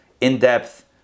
In-depth